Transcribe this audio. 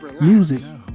Music